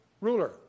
ruler